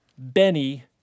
Benny